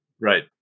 Right